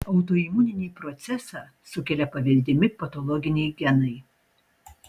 autoimuninį procesą sukelia paveldimi patologiniai genai